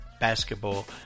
basketball